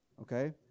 Okay